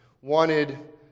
wanted